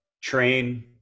train